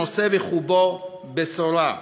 נושא בחובו בשורה.